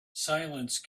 silence